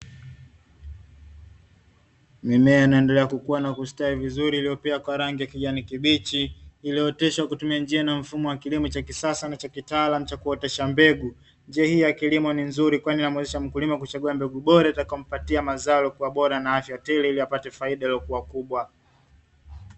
Mimea inayoendela kukua na kustawi vizuri iliyopakwa rangi ya kijani kibichi iliyooteshwa kwa njia za kitaalamu na za kisasa za kuotesha mbegu njia hii ya kilimo ni nzuri kwani inamuwezesha mkulima kuchagua mbegu bora itayompatia mazao yalikuwa bora na afya tele iliapate faida iliyokubwa.